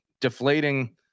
deflating